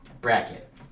bracket